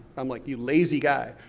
i'm like, you lazy guy.